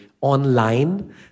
online